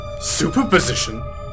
Superposition